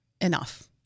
enough